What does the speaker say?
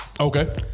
Okay